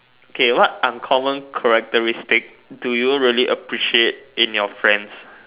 okay what uncommon characteristic do you really appreciate in your friends